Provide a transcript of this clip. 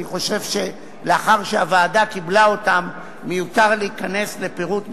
אני חושב שלאחר שהוועדה קיבלה אותן מיותר להיכנס לפירוט מפורט.